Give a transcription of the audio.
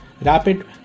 Rapid